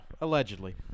Allegedly